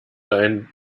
ein